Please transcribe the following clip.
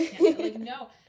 no